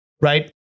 right